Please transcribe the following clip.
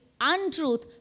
untruth